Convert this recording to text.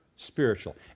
spiritual